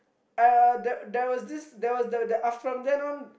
uh there there was this there there uh from then on